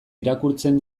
irakurtzen